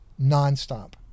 nonstop